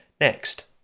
next